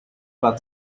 but